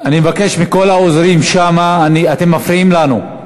אני מבקש מכל העוזרים שם, אתם מפריעים לנו.